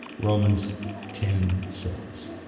romans ten says.